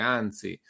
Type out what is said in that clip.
anzi